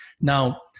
Now